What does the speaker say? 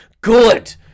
Good